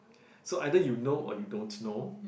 so either you know or you don't know